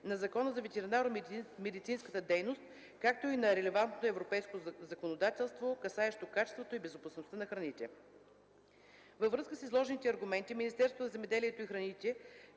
на Закона за ветеринарномедицинската дейност, както и на релевантното европейско законодателство, касаещо качеството и безопасността на храните. Във връзка с изложените аргументи Министерството на земеделието и храните